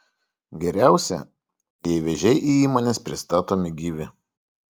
geriausia jei vėžiai į įmones pristatomi gyvi